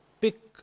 pick